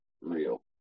real